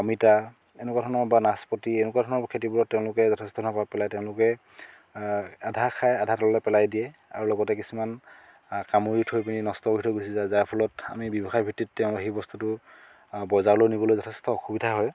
অমিতা এনেকুৱা ধৰণৰ বা নাচপতি এনেকুৱা ধৰণৰ খেতিবোৰত তেওঁলোকে যথেষ্ট ধৰণৰ প্ৰভাৱ পেলায় তেওঁলোকে আধা খায় আধা তললৈ পেলাই দিয়ে আৰু লগতে কিছুমান কামুৰি থৈ পিনি নষ্টও কৰি থৈ গুচি যায় যাৰ ফলত আমি ব্যৱসায় ভিত্তিত তেওঁৰ সেই বস্তুটো বজাৰলৈও নিবলৈ যথেষ্ট অসুবিধা হয়